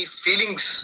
feelings